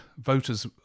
Voters